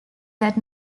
that